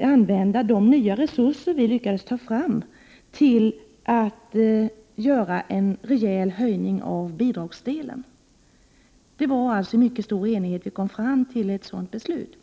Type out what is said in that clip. använda de nya resurser vi lyckades ta fram till att göra en rejäl höjning av bidragsdelen. Det var alltså i mycket stor enighet vi kom fram till ett sådant beslut.